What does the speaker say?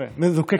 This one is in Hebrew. מזוקקת.